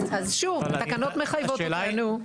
אז שוב, התקנות מחייבות אותנו.